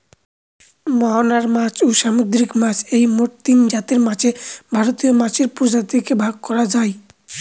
মোহনার মাছ, ও সামুদ্রিক মাছ এই মোট তিনজাতের মাছে ভারতীয় মাছের প্রজাতিকে ভাগ করা যায়